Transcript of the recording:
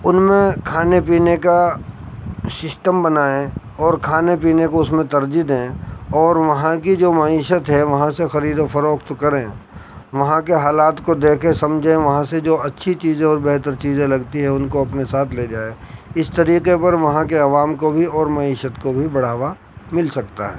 ان میں کھانے پینے کا سسٹم بنائیں اور کھانے پینے کو اس میں ترجیح دیں اور وہاں کی جو معیشت ہے وہاں سے خرید و فروخت کریں وہاں کے حالات کو دیکھیں سمجھیں وہاں سے جو اچھی چیزیں اور بہتر چیزیں لگتی ہیں وہ ان کو اپنے ساتھ لے جائے اس طریقے پر وہاں کے عوام کو بھی اور معیشت کو بھی بڑھاوا مل سکتا ہے